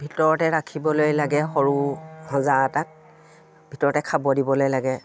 ভিতৰতে ৰাখিবলৈ লাগে সৰু সঁজা এটাত ভিতৰতে খাব দিবলৈ লাগে